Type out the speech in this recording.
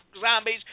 zombies